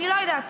אני לא יודעת.